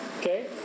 Okay